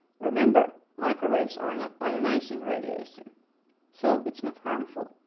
remember microwaves are not ionizing radiation so it's not harmful.